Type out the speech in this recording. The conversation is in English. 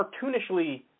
cartoonishly